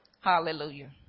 Hallelujah